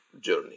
journey